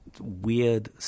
weird